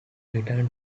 return